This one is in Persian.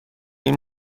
این